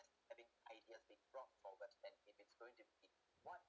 as having ideas being brought forward when if it's going to be what